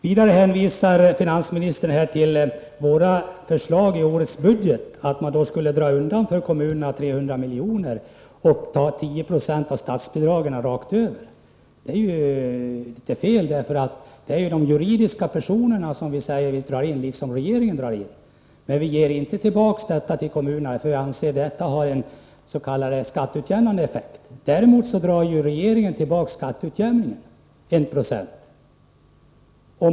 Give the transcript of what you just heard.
Vidare hänvisar finansministern till våra förslag i årets budget och menar att de går ut på att 3 miljarder kronor dras undan för kommunerna och att statsbidragen minskar med 10 96 rakt över. Det är ett felaktigt påstående, därför att vårt förslag liksom regeringens går ut på en viss indragning av bidragen till juridiska personer. Men vi ger inte tillbaka något till kommunerna, därför att vi anser att den ordning vi föreslår verkar skatteutjämnande. Däremot drar regeringen in 1 20 av skatteutjämningspengarna.